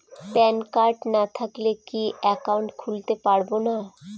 Pan card না থাকলে কি একাউন্ট খুলতে পারবো না?